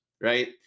right